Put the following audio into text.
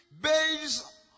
based